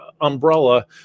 umbrella